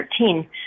2013